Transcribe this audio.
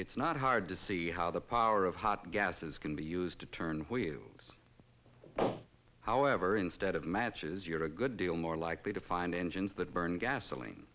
it's not hard to see how the power of hot gases can be used to turn to you however instead of matches you're a good deal more likely to find engines that burn gasoline